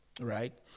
right